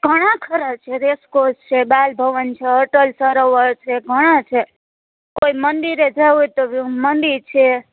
ઘણાં ખરા છે રેસકોર્સ છે બાલ ભવન છે અટલ સરોવર છે ઘણાંછે કે કોઈ મંદિર જાઓ હોય તો મંદિર છે